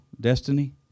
destiny